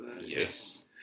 Yes